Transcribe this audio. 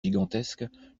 gigantesques